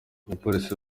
abapolisi